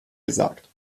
gesagt